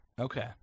Okay